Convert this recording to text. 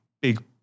big